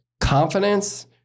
confidence